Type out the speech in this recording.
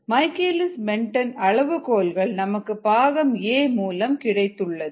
Michaelis Menten அளவுகோல்கள் நமக்கு பாகம் a மூலம் கிடைத்துள்ளது